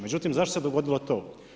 Međutim, zašto se dogodilo to?